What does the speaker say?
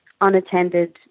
unattended